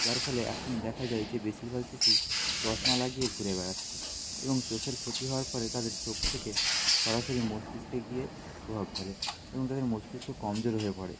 যার ফলে এখন দেখা যায় যে বেশিরভাগ শিশুই চশমা লাগিয়ে ঘুরে বেড়াচ্ছে এবং চোখের ক্ষতি হওয়ার ফলে তাদের চোখ থেকে সরাসরি মস্তিষ্কে গিয়ে প্রভাব ফেলে এবং তাদের মস্তিষ্ক কমজোর হয়ে পড়ে